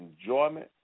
enjoyment